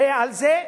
הרי על זה,